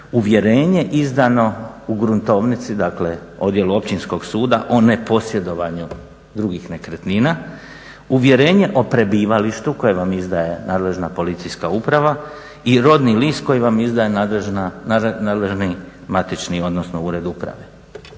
uvjerenje izdano u gruntovnici, dakle odjelu Općinskog suda, o neposjedovanju drugih nekretnina, uvjerenje o prebivalištu koje vam izdaje nadležna policijska uprava i rodni list koji vam izdaje nadležni matični odnosno ured uprave.